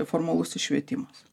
formalusis švietimas